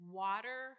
water